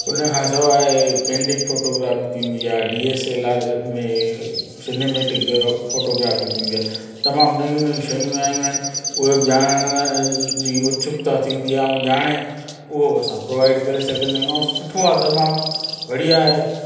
हुन खां सवाइ कैंडिड फोटोग्राफी थींदी आहे डी एस एल आर में सिनेमेटिक फोटोग्राफी थींदी आहे तमामु नयूं नयूं शयूं आहियूं आहिनि उहे बि ॼाणण लाइ जी उत्सुक्ता थींदी आहे ऐं ॼाणे उहो बि असां प्रोवाइड करे सघंदा आहियूं सुठो आहे तमामु बढ़िया आहे